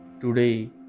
Today